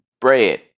bread